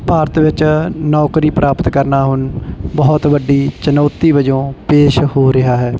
ਭਾਰਤ ਵਿੱਚ ਨੌਕਰੀ ਪ੍ਰਾਪਤ ਕਰਨਾ ਹੁਣ ਬਹੁਤ ਵੱਡੀ ਚੁਣੌਤੀ ਵਜੋਂ ਪੇਸ਼ ਹੋ ਰਿਹਾ ਹੈ